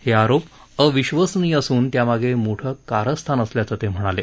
हे आरोप अविश्वसनीय असून त्यामागे मोठं कारस्थान असल्याचं ते म्हणाले